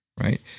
right